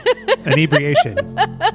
Inebriation